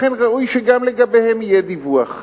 לכן ראוי שגם לגביהם יהיה דיווח.